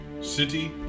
city